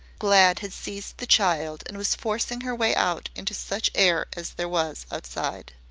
glad had seized the child and was forcing her way out into such air as there was outside.